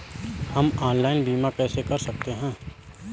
हम ऑनलाइन बीमा कैसे कर सकते हैं?